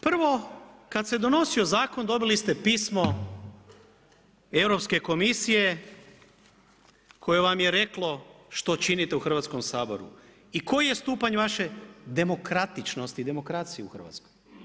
Prvo kad se donosio zakon dobili ste pismo Europske komisije koje vam je reklo što činite u Hrvatskom saboru i koji je stupanj vaše demokratičnosti, demokracije u Hrvatskoj.